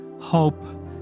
hope